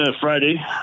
Friday